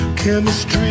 chemistry